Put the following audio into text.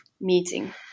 meeting